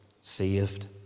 saved